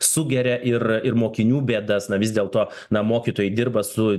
sugeria ir ir mokinių bėdas na vis dėlto na mokytojai dirba su